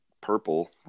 purple